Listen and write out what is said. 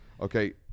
okay